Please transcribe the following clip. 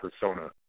persona